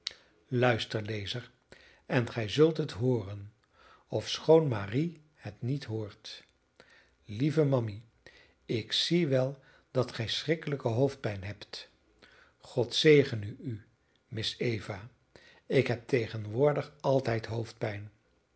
luister lezer en gij zult het hooren ofschoon marie het niet hoort lieve mammy ik zie wel dat gij schrikkelijke hoofdpijn hebt god zegene u miss eva ik heb tegenwoordig altijd hoofdpijn